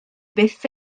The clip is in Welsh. byth